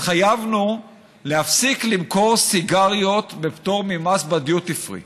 התחייבנו להפסיק למכור סיגריות בפטור ממס בדיוטי פרי.